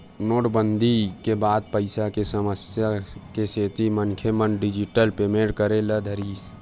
नोटबंदी के बाद पइसा के समस्या के सेती मनखे मन डिजिटल पेमेंट करे ल धरिस